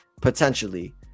potentially